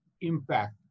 impact